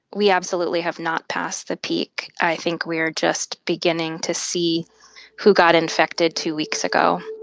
we absolutely have not passed the peak. i think we're just beginning to see who got infected two weeks ago